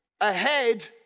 ahead